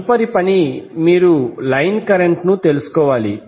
తదుపరి పని మీరు లైన్ కరెంట్ తెలుసుకోవాలి